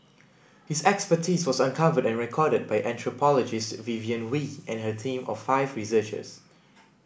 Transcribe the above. his expertise was uncovered and recorded by anthropologist Vivienne Wee and her team of five researchers